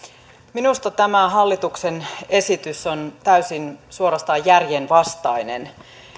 minusta tämä hallituksen esitys on täysin suorastaan järjenvastainen